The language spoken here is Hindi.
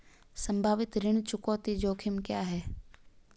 संभावित ऋण चुकौती जोखिम क्या हैं?